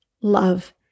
love